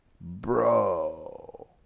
Bro